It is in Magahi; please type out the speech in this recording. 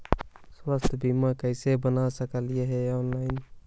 स्वास्थ्य बीमा कैसे बना सकली हे ऑनलाइन?